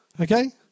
okay